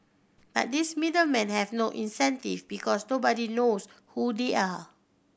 but these middle men have no incentive because nobody knows who they are